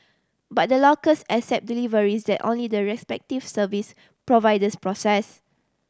but the lockers accept deliveries that only the respective service providers process